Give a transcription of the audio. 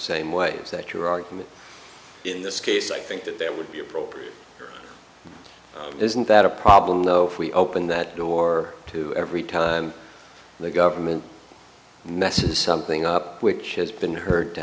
same way is that your argument in this case i think that there would be appropriate isn't that a problem though if we open that door to every time the government messes something up which has been heard to